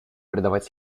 придавать